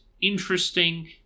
interesting